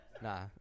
Nah